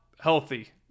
healthy